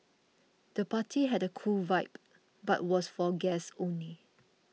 the party had a cool vibe but was for guests only